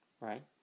right